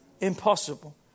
Impossible